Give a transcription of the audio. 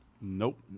Nope